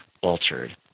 altered